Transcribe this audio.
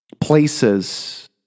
places